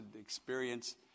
experience